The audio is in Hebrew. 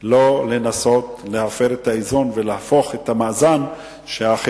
אני פונה אליך לא לנסות להפר את האיזון ולהפוך את המאזן שהחילונים